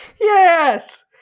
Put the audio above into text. Yes